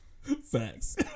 Facts